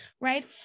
right